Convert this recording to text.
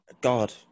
god